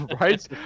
Right